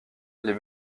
les